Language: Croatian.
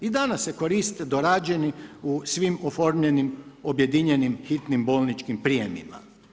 I danas se koriste dorađeni u svim oformljenim, objedinjenim hitnim bolničkim prijemima.